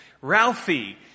Ralphie